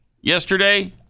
yesterday